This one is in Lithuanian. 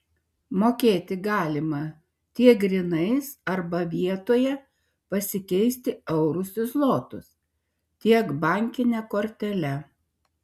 mokėti galima tiek grynais arba vietoje pasikeisti eurus į zlotus tiek bankine kortele